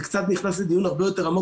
זה קצת נכנס לדיון הרבה יותר עמוק